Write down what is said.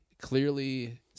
clearly